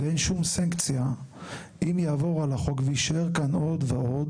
ואין שום סנקציה אם יעבור על החוק ויישאר כאן עוד ועוד.